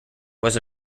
was